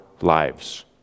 lives